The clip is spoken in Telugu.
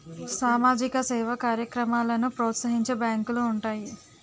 సామాజిక సేవా కార్యక్రమాలను ప్రోత్సహించే బ్యాంకులు ఉంటాయి